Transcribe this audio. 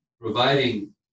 providing